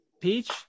Peach